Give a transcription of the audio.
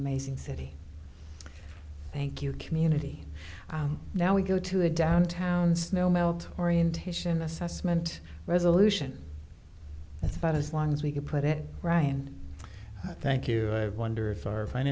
amazing city thank you community now we go to a downtown snow melt orientation assessment resolution that's about as long as we can put it right and i thank you i wonder if our